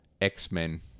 X-Men